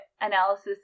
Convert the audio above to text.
analysis